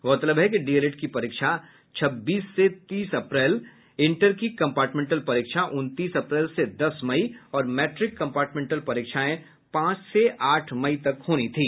गौरतलब है कि डीएलएड की परीक्षा छब्बीस से तीस अप्रैल इंटर कम्पार्टमेंटल परीक्षा उनतीस अप्रैल से दस मई और मैट्रिक कम्पार्टमेंटल परीक्षाएं पांच से आठ मई तक होनी थी